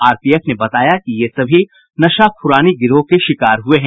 RPF ने बताया कि ये सभी नशाख्रानी गिरोह के शिकार हुए हैं